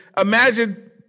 imagine